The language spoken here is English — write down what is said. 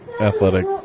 athletic